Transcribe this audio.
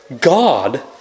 God